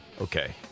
Okay